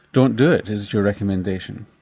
don't do it is your recommendation.